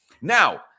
Now –